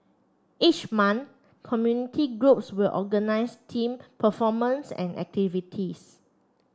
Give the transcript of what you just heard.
each month community groups will organise themed performances and activities